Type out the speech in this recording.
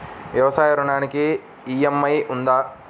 వ్యవసాయ ఋణానికి ఈ.ఎం.ఐ ఉందా?